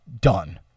done